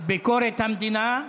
ביקורת המדינה.